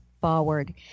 forward